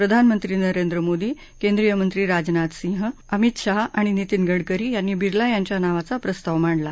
प्रधानमंत्री नरेंद्र मोदी केंद्रीय मंत्री राजनाथ सिंह अमित शहा आणि नितीन गडकरी यांनी बिर्ला यांच्या नावाचा प्रस्ताव मांडला